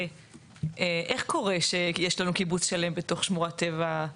איך קורה שיש קיבוץ שלם בתוך שמורת טבע?